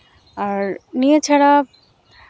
ᱟᱨ ᱱᱤᱭᱟᱹ ᱪᱷᱟᱲᱟ